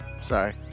sorry